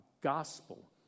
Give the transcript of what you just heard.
gospel